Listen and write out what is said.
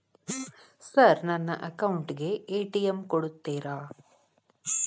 Sir ನನ್ನ account ಗೆ ATM ಕೊಡುತ್ತೇರಾ?